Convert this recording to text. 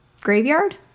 graveyard